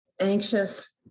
anxious